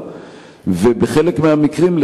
בחלק מהמקרים,